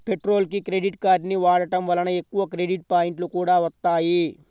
పెట్రోల్కి క్రెడిట్ కార్డుని వాడటం వలన ఎక్కువ క్రెడిట్ పాయింట్లు కూడా వత్తాయి